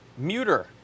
muter